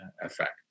effect